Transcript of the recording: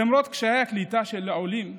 למרות קשיי הקליטה של העולים,